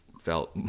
felt